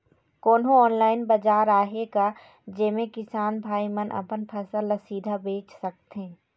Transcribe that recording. कोन्हो ऑनलाइन बाजार आहे का जेमे किसान भाई मन अपन फसल ला सीधा बेच सकथें?